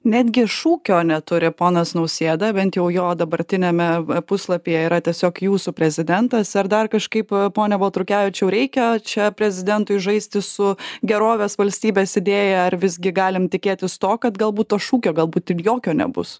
netgi šūkio neturi ponas nausėda bent jau jo dabartiniame puslapyje yra tiesiog jūsų prezidentas ar dar kažkaip pone baltrukevičiau reikia čia prezidentui žaisti su gerovės valstybės idėja ar visgi galim tikėtis to kad galbūt to šūkio galbūt ir jokio nebus